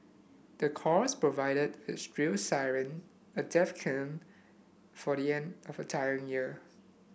the chorus provided a shrill siren a death knell for the end of a tiring year